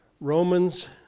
Romans